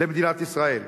של שקלים למדינת ישראל,